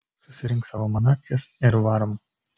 susirink savo manatkes ir varom